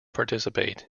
participate